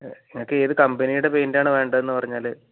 നിങ്ങൾക്ക് ഏത് കമ്പനീടെ പെയിൻറ്റാണ് വേണ്ടതെന്ന് പറഞ്ഞാൽ